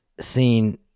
seen